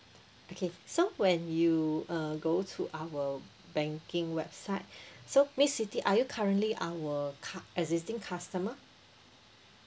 okay so when you uh go to our banking website so miss siti are you currently our cu~ existing customer